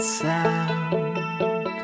sound